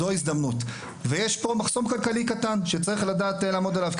זו ההזדמנות ויש פה מחסום כלכלי קטן שצריך לדעת לעמוד עליו,